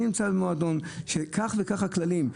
אני נמצא במועדון שכך וכך הכללים בו.